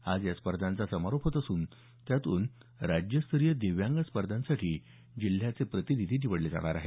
आज या स्पर्धांचा समारोप असून त्यातून राज्यस्तरीय दिव्यांग स्पर्धांसाठी जिल्ह्याचे प्रतिनिधी निवडले जाणार आहेत